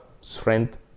strength